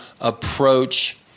approach